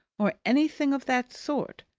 or anything of that sort!